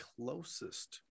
closest